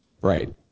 Right